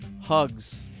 hugs